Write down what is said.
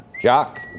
Jock